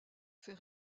fait